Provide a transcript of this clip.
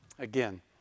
again